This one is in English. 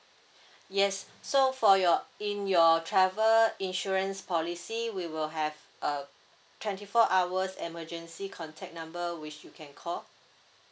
yes so for your in your travel insurance policy we will have uh twenty four hours emergency contact number which you can call